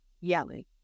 yelling